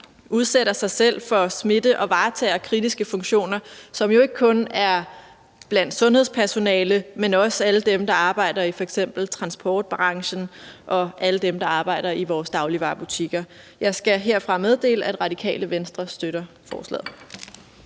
udsætter sig selv for eventuel smitte og varetager kritiske funktioner, som jo ikke kun er sundhedspersonale, men også alle dem, der f.eks. arbejder i transportbranchen, og alle dem, der arbejder i vores dagligvarebutikker. Jeg skal herfra meddele, at Radikale Venstre støtter forslaget.